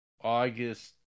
August